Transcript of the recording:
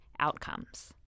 outcomes